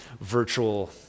virtual